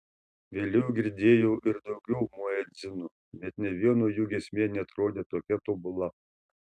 vėliau girdėjau ir daugiau muedzinų bet nė vieno jų giesmė neatrodė tokia tobula